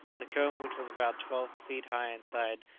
the cone, which was about twelve feet high inside,